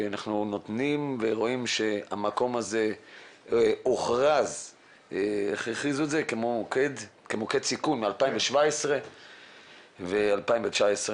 אנחנו רואים שהמקום הזה הוכרז כמוקד סיכון מ-2017 ו-2019.